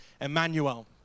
Emmanuel